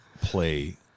play